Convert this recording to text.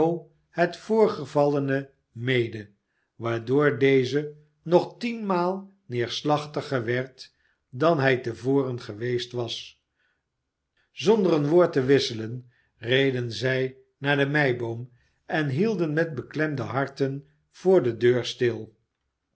het voorgevallene mede waardoor deze nog tienmaal neerslachtiger werd dan hij te voren geweest was zonder een woord te wisselen reden zij naar de meiboom en hielden met beklemde harten voor de deur stil